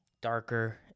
darker